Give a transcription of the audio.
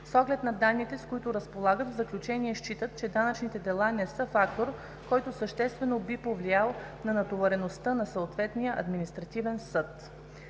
С оглед на данните, с които разполагат, в заключение считат, че данъчните дела не са фактор, който съществено би повлиял на натовареността на съответния административен съд.